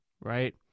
right